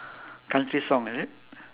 country song is it